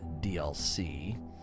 DLC